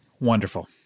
Wonderful